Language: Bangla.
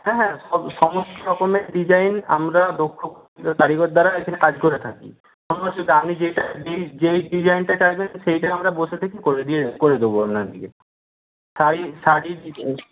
হ্যাঁ হ্যাঁ সব সমস্তরকমের ডিজাইন আমরা দক্ষ কারিগর দ্বারা এখানে কাজ করে থাকি কোনো অসুবিধা নেই আপনি যেটা যেই যেই ডিজাইনটা চাইবেন সেইটাই আমরা বসে থেকে করে দিয়ে করে দেবো আপনাকে শাড়ি শাড়ির